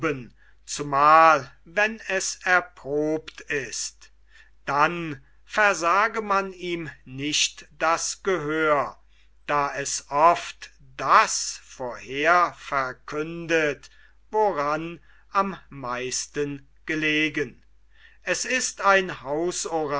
zumal wenn es erprobt ist dann versage man ihm nicht das gehör da es oft das vorherverkündet woran am meisten gelegen es ist ein